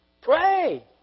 Pray